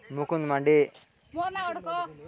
Mukund ମାଣ୍ଡି